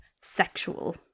sexual